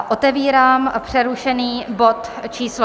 Otevírám přerušený bod číslo